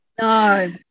no